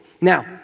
Now